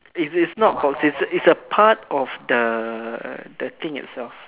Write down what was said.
is is not box is a is a part of the thing itself